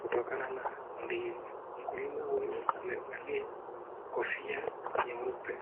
kutokana na ndizi. Mkulima huyu amevalia kofia nyeupe.